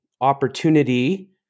opportunity